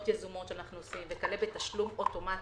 יזומות שאנו עושים וכלה בתשלום אוטומטי.